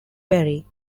perry